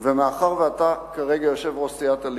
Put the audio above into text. ומאחר שאתה כרגע יושב-ראש סיעת הליכוד,